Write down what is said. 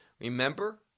Remember